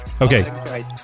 Okay